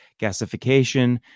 gasification